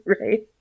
Right